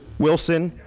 wilson.